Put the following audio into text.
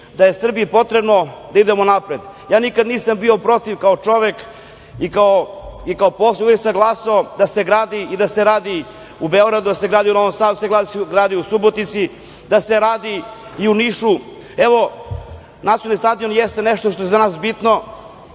da je Srbiji potrebno da idemo napred. Nikad nisam bio protiv, kao čovek, i kao poslanik uvek sam glasao da se gradi i da se radi u Beogradu, da se gradi u Novom Sadu, da se gradi u Subotici, da se radi i u Nišu. Evo, Nacionalni stadion jeste nešto što je za nas bitno.